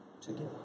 together